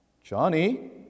Johnny